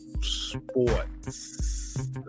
sports